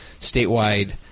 statewide